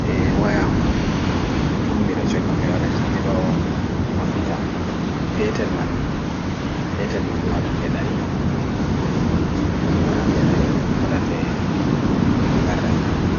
Eeh waya am kam tum mi ɗo maɓɓi petel man nin waɗan nɗe ɗari jam waɗan nɗe ɗari waɗan nɗe temerre